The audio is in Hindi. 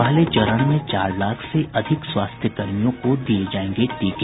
पहले चरण में चार लाख से अधिक स्वास्थ्यकर्मियों को दिये जायेंगे टीके